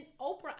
Oprah